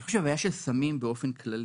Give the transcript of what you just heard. אני חושב שיש בעיה של סמים באופן כללי,